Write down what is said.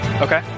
Okay